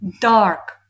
dark